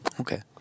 Okay